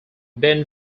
ben